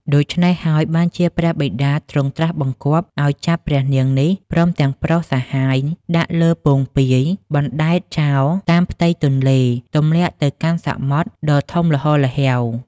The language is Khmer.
ដូច្នេះហើយ បានជាព្រះបិតាទ្រង់ត្រាស់បង្គាប់ឲ្យចាប់ព្រះនាងនេះ ព្រមទាំងប្រុសសាហាយ ដាក់លើពោងពាយបណ្ដែតចោលតាមផ្ទៃទន្លេ ទម្លាក់ទៅកាន់សមុទ្រដ៏ធំល្ហល្ហេវ។